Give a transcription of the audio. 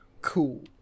cool